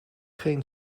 geen